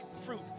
fruit